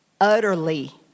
utterly